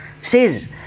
says